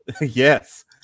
yes